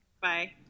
Bye